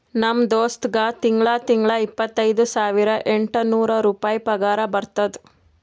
ನಮ್ ದೋಸ್ತ್ಗಾ ತಿಂಗಳಾ ತಿಂಗಳಾ ಇಪ್ಪತೈದ ಸಾವಿರದ ಎಂಟ ನೂರ್ ರುಪಾಯಿ ಪಗಾರ ಬರ್ತುದ್